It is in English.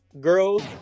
girls